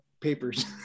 papers